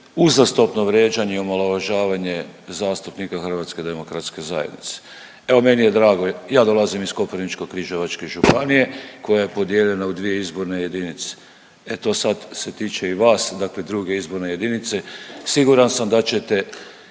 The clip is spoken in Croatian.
Uzastopno vrijeđanje i omalovažavanje zastupnika Hrvatske demokratske zajednice. Evo meni je drago, ja dolazim iz Koprivničko-križevačke županije koja je podijeljena u dvije izborne jedinice. E to sad se tiče i vas, dakle druge izborne jedinice. Siguran sam da ćete